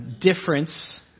difference